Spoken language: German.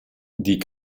die